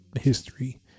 history